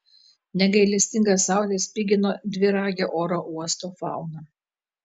negailestinga saulė spigino dviragę oro uosto fauną